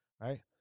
right